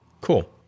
cool